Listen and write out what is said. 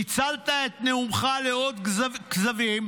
ניצלת את נאומך לעוד כזבים,